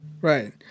Right